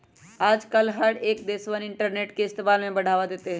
आजकल हर एक देशवन इन्टरनेट के इस्तेमाल से बढ़ावा देते हई